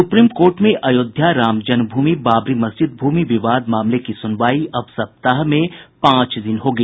supreme court में अयोध्या राम जन्मभूमि बाबरी मस्जिद भूमि विवाद मामले की सुनवाई अब सप्ताह में पांच दिन होगी